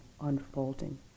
unfolding